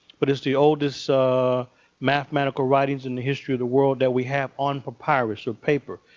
but it's the oldest mathematical writings in the history of the world that we have on papyrus, or paper.